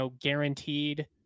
guaranteed